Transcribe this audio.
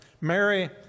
Mary